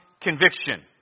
conviction